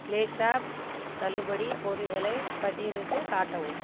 Claycraft தள்ளுபடிப் பொருட்களை பட்டியலிட்டுக் காட்டவும்